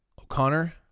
O'Connor